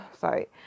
Sorry